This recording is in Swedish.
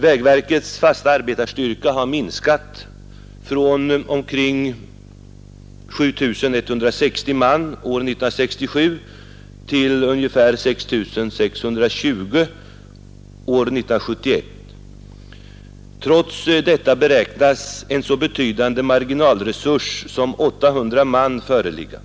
Vägverkets fasta arbetarstyrka har minskat från omkring 7 160 år 1967 till ungefär 6 620 man år 1971. Trots detta beräknas en så betydande marginalresurs som 800 man föreligga.